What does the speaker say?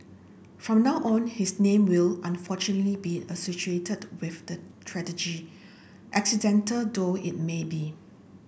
from now on his name will unfortunately be with the tragedy accidental though it may be